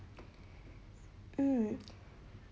mm